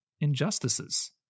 injustices